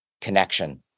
connection